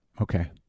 okay